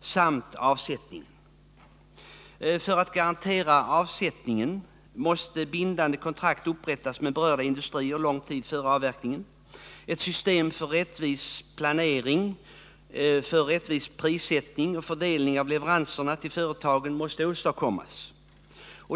samt för avsättningen. För att garantera avsättningen måste bindande kontrakt upprättas med berörda industrier lång tid före avverkningen. Ett system för rättvis prissättning och fördelning av leveranserna till företagen måste åstadkommas.